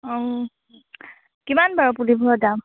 কিমান বাৰু পুলিবোৰৰ দাম